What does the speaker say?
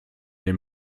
den